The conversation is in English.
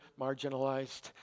marginalized